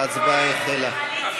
ההצבעה החלה.